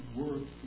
work